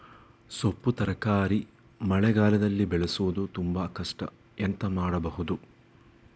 ಸೊಪ್ಪು ತರಕಾರಿ ಮಳೆಗಾಲದಲ್ಲಿ ಬೆಳೆಸುವುದು ತುಂಬಾ ಕಷ್ಟ ಎಂತ ಮಾಡಬಹುದು?